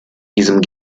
diesem